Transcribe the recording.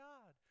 God